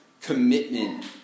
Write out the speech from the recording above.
commitment